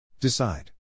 decide